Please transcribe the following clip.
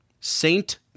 Saint